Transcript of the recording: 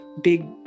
big